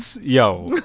Yo